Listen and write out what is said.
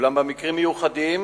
אולם במקרים מיוחדים